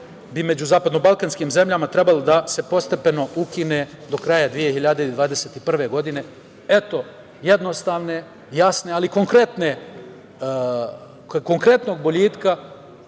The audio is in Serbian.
bi među Zapadnobalkanskim zemljama trebalo da se postepeno ukine do kraja 2021. godine. Eto, jednostavne, jasne ali konkretnog boljitka